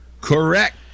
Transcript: Correct